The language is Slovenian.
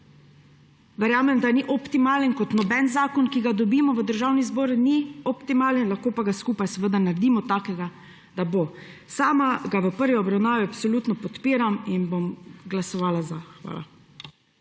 Verjamem, da ni optimalen kot noben zakon, ki ga dobimo v Državni zbor ni optimalen, lahko pa ga skupaj naredimo takega, da bo. Sama ga v prvi obravnavi absolutno podpiram in bom glasovala za. Hvala.